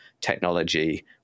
technology